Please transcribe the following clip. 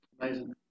amazing